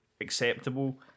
acceptable